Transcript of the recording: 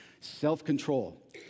self-control